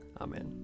Amen